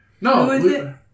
No